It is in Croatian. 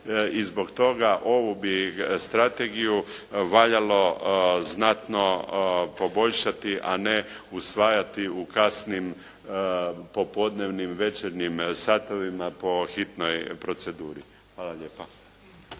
i zbog toga ovu bi strategiju valjalo znatno poboljšati, a ne usvajati u kasnim popodnevnim, večernjima satovima po hitnoj proceduri. Hvala lijepa.